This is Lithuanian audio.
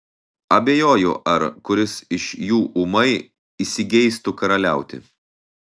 abejoju ar kuris iš jų ūmai įsigeistų karaliauti